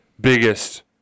biggest